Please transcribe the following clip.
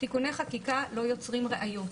תיקוני חקיקה לא יוצרים ראיות.